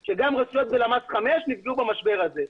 כי גם רשויות בלמ"ס חמש נפגעו במשבר הזה.